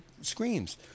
screams